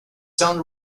son